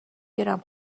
گیرم